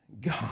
God